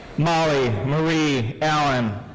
molly marie allen.